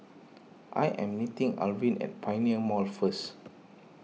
I am meeting Arvin at Pioneer Mall first